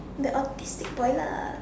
the autistic boy lah